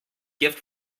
gift